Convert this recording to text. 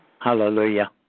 Hallelujah